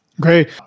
Great